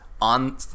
on